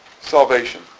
salvation